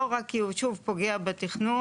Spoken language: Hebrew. לא רק כי הוא שוב פוגע בתכנון,